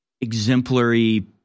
exemplary